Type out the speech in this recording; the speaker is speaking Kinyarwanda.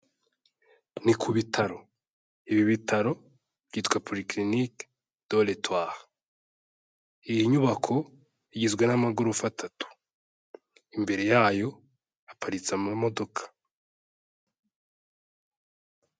Ni ku bitaro ibi bitaro byitwa polyclinic de l'toire, iyi nyubako igizwe n'amagorofa atatu imbere yayo haparitse amamodoka.